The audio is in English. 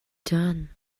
done